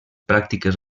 pràctiques